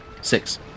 Six